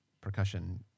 percussion